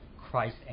Christ